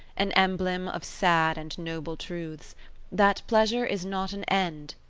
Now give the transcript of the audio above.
an emblem of sad and noble truths that pleasure is not an end,